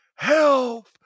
help